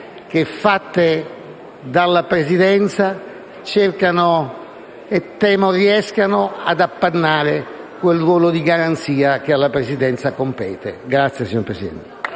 Gruppo, signor Presidente,